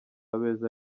abeza